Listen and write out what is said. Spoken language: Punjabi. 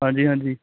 ਹਾਂਜੀ ਹਾਂਜੀ